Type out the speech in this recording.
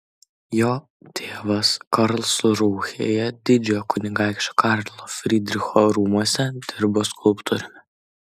jo tėvas karlsrūhėje didžiojo kunigaikščio karlo frydricho rūmuose dirbo skulptoriumi